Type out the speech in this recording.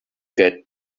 get